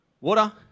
water